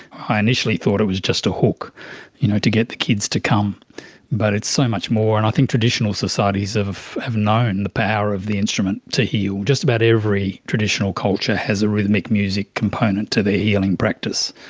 i initially thought it was just a hook you know to get the kids to come but it's so much more, and i think traditional societies have known and the power of the instrument to heal. just about every traditional culture has a rhythmic music component to their healing practice,